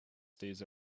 stays